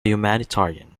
humanitarian